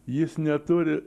jis neturi